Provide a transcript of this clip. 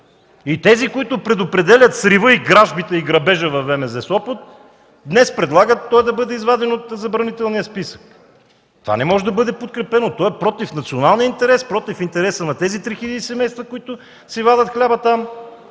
И тези, които предопределят срива, кражбите и грабежа във ВМЗ – Сопот, днес предлагат той да бъде изваден от забранителния списък. Това не може да бъде подкрепено. То е против националния интерес, против интереса на тези 3000 семейства, които си вадят хляба там,